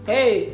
Hey